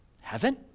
Heaven